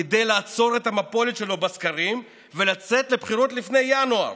כדי לעצור את המפולת שלו בסקרים ולצאת לבחירות לפני ינואר,